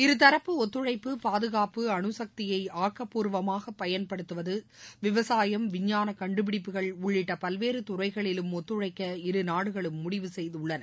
இருதரப்பு ஒத்துழைப்பு பாதுகாப்பு அணுசக்தியை ஆக்கபுர்வமாக பயன்படுத்துவது விவசாயம் விஞ்ஞான கண்டுபிடிப்புகள் உள்ளிட்ட பல்வேறு துறைகளிலும் ஒத்துழைக்க இரு நாடுகளும் முடிவு செய்துள்ளன